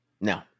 no